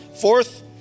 Fourth